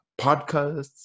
podcasts